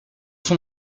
son